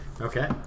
Okay